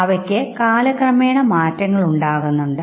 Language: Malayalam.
അവയ്ക്ക് കാലക്രമേണ മാറ്റങ്ങൾ ഉണ്ടാക്കുന്നുണ്ട്